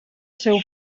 seu